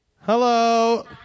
Hello